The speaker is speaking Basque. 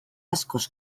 askoz